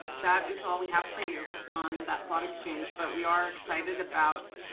that is all we have for you on that thought exchange. but we are excited about